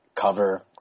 Cover